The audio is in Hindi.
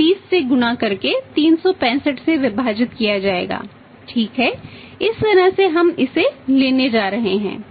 30 से गुणा करके 365 से विभाजित किया जाएगा ठीक है इस तरह से हम इसे लेने जा रहे हैं